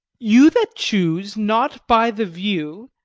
you that choose not by the view,